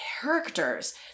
characters